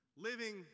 Living